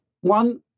one